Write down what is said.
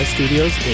Studios